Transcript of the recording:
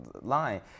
line